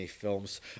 films